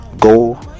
go